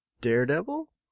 Daredevil